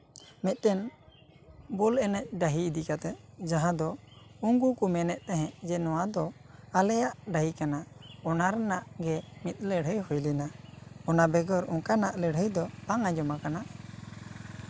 ᱢᱤᱫᱴᱟᱝ ᱵᱚᱞ ᱮᱱᱮᱡ ᱰᱟᱺᱦᱤ ᱤᱫᱤ ᱠᱟᱛᱮᱜ ᱡᱟᱦᱟᱸ ᱫᱚ ᱩᱱᱠᱩ ᱠᱚ ᱢᱮᱱᱮᱜ ᱛᱟᱦᱮᱸᱜ ᱡᱮ ᱱᱚᱣᱟ ᱫᱚ ᱟᱞᱮᱭᱟᱜ ᱰᱟᱺᱦᱤ ᱠᱟᱱᱟ ᱚᱱᱟ ᱨᱮᱱᱟᱜ ᱜᱮ ᱢᱤᱫ ᱞᱟᱹᱲᱦᱟᱹᱭ ᱦᱩᱭ ᱞᱮᱱᱟ ᱚᱱᱟ ᱵᱮᱜᱚᱨ ᱚᱱᱠᱟᱱᱟᱜ ᱞᱟᱹᱲᱦᱟᱹᱭ ᱫᱚ ᱵᱟᱝ ᱟᱸᱡᱚᱚᱢ ᱟᱠᱟᱱᱟ